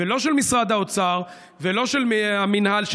לא של משרד האוצר ולא של המינהל,